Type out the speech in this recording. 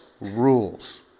rules